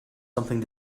something